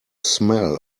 smell